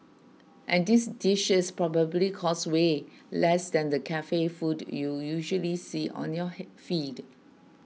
and these dishes probably cost way less than the cafe food you usually see on your head feed